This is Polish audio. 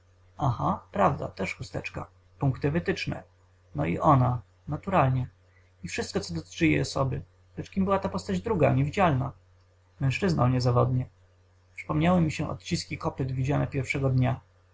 aha prawda też chusteczka punkty wytyczne no i ona naturalnie i wszystko co dotyczyły jej osoby lecz kim była ta postać druga niewidzialna mężczyzną niezawodnie przypomniały mi się odciski kopyt widziane pierwszego dnia